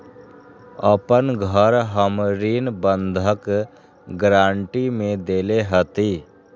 अपन घर हम ऋण बंधक गरान्टी में देले हती